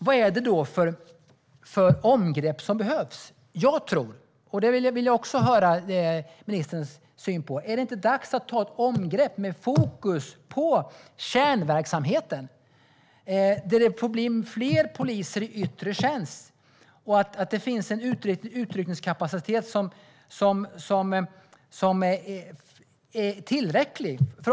Vad är det då för omtag som behövs? Är det inte dags, ministern, att ta ett omtag med fokus på kärnverksamheten så att det kan bli fler poliser i yttre tjänst och kan finnas en utryckningskapacitet som är tillräcklig?